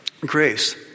Grace